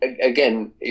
Again